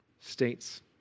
states